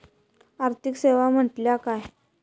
आर्थिक सेवा म्हटल्या काय?